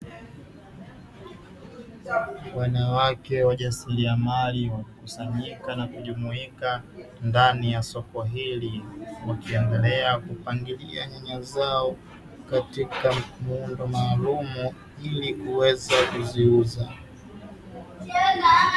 Wanawake wajasiliamali wamekusanyika na kujumuika ndani ya soko hili, wakiendelea kupangilia nyanya zao katika muundo maalumu ili kuweza kuziuza.